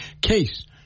case